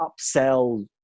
upsell